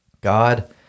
God